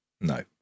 No